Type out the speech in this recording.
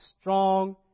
Strong